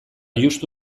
justu